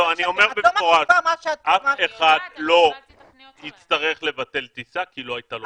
אני אומר במפורש - אף אחד לא יצטרך לבטל בדיקה כי לא הייתה לו בדיקה.